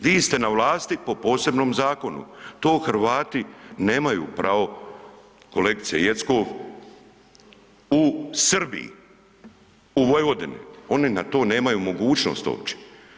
Vi ste na vlasti po posebnom zakonu, to Hrvati nemaju pravo, kolegice Jeckov, u Srbiji, u Vojvodini, oni na to nemaju mogućnost uopće.